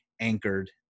anchored